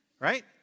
Right